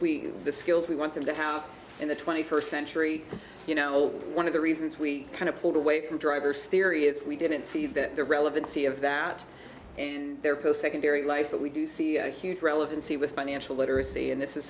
we the skills we want them to have in the twenty first century you know one of the reasons we kind of pulled away from driver's theory is we didn't see that the relevancy of that and their post secondary life but we do see a huge relevancy with financial literacy and this is